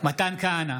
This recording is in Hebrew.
מתן כהנא,